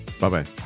Bye-bye